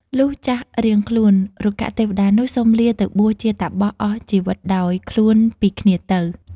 លុះចាស់រៀងខ្លួន រុក្ខទេវតានោះសុំលាទៅបួសជាតាបសអស់ជីវិតដោយ ខ្លួនពីគ្នាទៅ ។